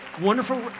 Wonderful